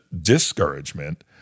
discouragement